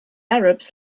arabs